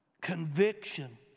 Conviction